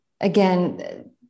again